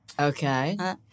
Okay